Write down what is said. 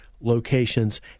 locations